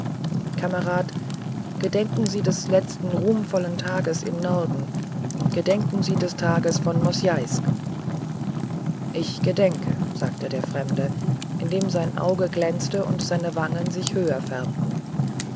kamerad gedenken sie des letzten ruhmvollen tages im norden gedenken sie des tages von mosjaisk ich gedenke sagte der fremde indem sein auge glänzte und seine wangen sich höher färbten